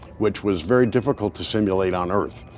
which was very difficult to simulate on earth.